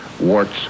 warts